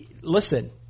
listen